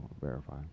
verify